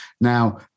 Now